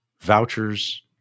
vouchers